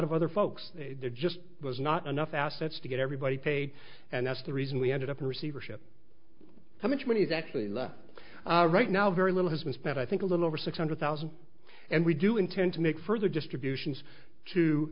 of other folks there just was not enough assets to get everybody paid and that's the reason we ended up in receivership how much money is actually left right now very little has been spent i think a little over six hundred thousand and we do intend to make further distributions t